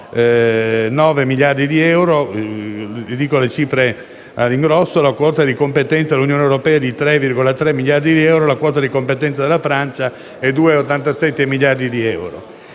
2,9 miliardi di euro, la quota di competenza dell'Unione europea è di circa 3,3 miliardi di euro, quella di competenza della Francia è di circa 2,87 miliardi di euro.